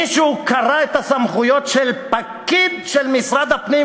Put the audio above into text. מישהו קרא את הסמכויות של פקיד של משרד הפנים,